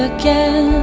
ah gay